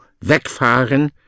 wegfahren